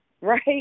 right